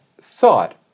thought